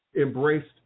embraced